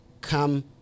come